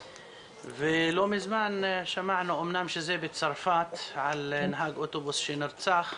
לא מזמן שמענו, אמנם בצרפת, על נהג אוטובוס שנרצח,